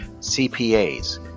CPAs